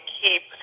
keep